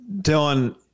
Dylan